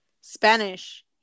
Spanish